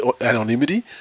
anonymity